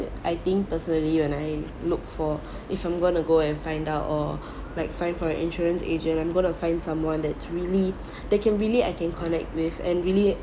I think personally when I look for if I'm gonna go and find out or like find for an insurance agent I'm going to find someone that's really that can really I can connect with and really